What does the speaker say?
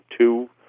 two